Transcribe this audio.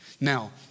Now